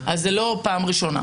וזו לא הפעם הראשונה.